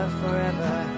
forever